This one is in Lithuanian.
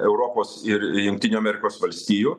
europos ir jungtinių amerikos valstijų